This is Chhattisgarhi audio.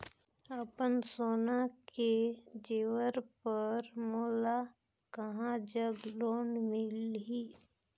अपन सोना के जेवर पर मोला कहां जग लोन मिलही?